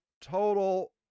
total